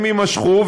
הם יימשכו.